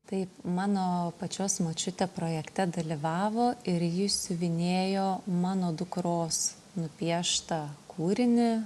taip mano pačios močiutė projekte dalyvavo ir ji siuvinėjo mano dukros nupieštą kūrinį